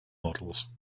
models